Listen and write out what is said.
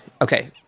Okay